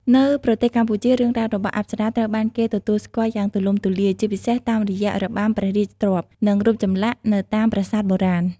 នៅប្រទេសកម្ពុជា រឿងរ៉ាវរបស់អប្សរាត្រូវបានគេទទួលស្គាល់យ៉ាងទូលំទូលាយ ជាពិសេសតាមរយៈរបាំព្រះរាជទ្រព្យ និងរូបចម្លាក់នៅតាមប្រាសាទបុរាណ។